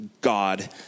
God